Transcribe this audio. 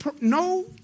no